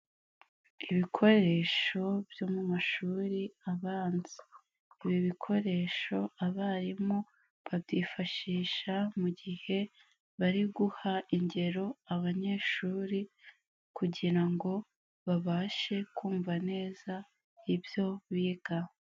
Ibikoresho byo mu mashuri abanza, ibi bikoresho abarimu babyifashisha mu gihe bari guha ingero abanyeshuri kugira ngo babashe kumva neza ibyo biga.